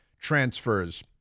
transfers